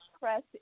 Press